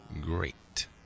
Great